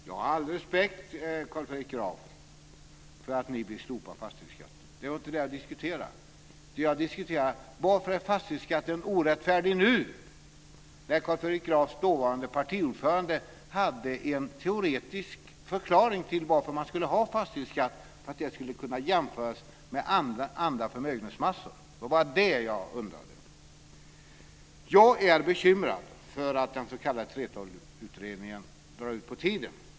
Fru talman! Jag har all respekt, Carl Fredrik Graf, för att ni vill slopa fastighetsskatten. Men det var inte det jag frågade om. Vad jag undrade var varför fastighetsskatten är orättfärdig nu, när Carl Fredrik Grafs dåvarande partiordförande hade en teoretisk förklaring till varför man skulle ha fastighetsskatt, nämligen att den skulle kunna jämföras med andra förmögenhetsmassor. Jag är bekymrad för att den s.k. 3:12-utredningen drar ut på tiden.